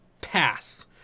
pass